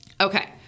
Okay